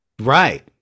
right